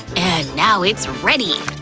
and now it's ready!